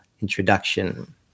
introduction